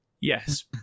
Yes